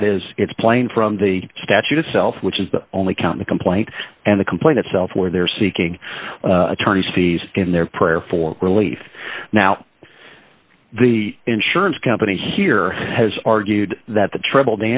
that is it's plain from the statute itself which is the only count the complaint and the complaint itself where they're seeking attorneys fees in their prayer for relief now the insurance company here has argued that the tr